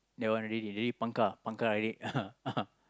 that one already they already pangkar pangkar already